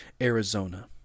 Arizona